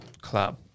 club